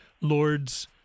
Lord's